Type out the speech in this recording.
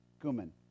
cumin